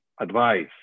advice